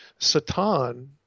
Satan